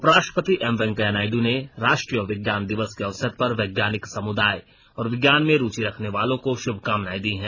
उपराष्ट्रपति एम वेंकैया नायड् ने राष्ट्रीय विज्ञान दिवस के अवसर पर वैज्ञानिक समुदाय और विज्ञान में रूचि रखने वालों को श्भकामनायें दी हैं